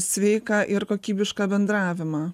sveiką ir kokybišką bendravimą